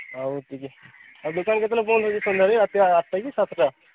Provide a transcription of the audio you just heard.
ଆଉ ଟିକେ ଆଉ ଦୋକାନ କେତେବେଳେ ବନ୍ଦ ହେଉଛି ସନ୍ଧ୍ୟାରେ ରାତି ଆଠଟା କି ସାତଟା